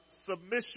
submission